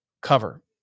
cover